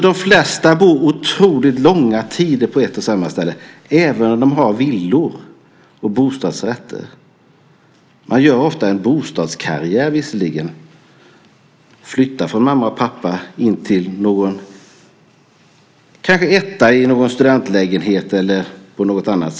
De flesta bor otroligt långa tider på ett och samma ställe även om de har villor och bostadsrätter. Man gör visserligen ofta en bostadskarriär. Man flyttar från mamma och pappa till en etta som studentlägenhet eller till något annat.